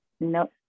no